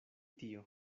tio